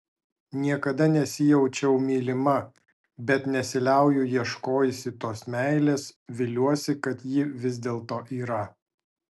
niekada nesijaučiau mylima bet nesiliauju ieškojusi tos meilės viliuosi kad ji vis dėlto yra